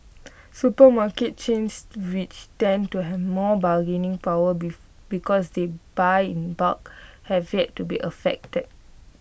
supermarket chains which tend to have more bargaining power be because they buy in bulk have yet to be affected